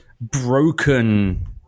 broken